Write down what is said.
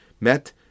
met